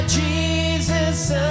jesus